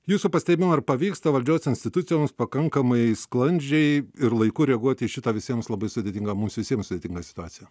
jūsų pastebimu ar pavyksta valdžios institucijoms pakankamai sklandžiai ir laiku reaguoti į šitą visiems labai sudėtingą mums visiems sudėtingą situaciją